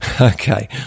Okay